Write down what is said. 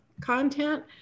content